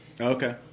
Okay